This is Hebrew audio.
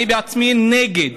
אני בעצמי נגד